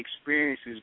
experiences